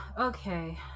Okay